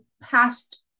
past